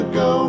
go